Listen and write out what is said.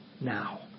now